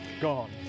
gone